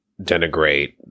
denigrate